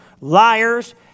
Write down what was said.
Liars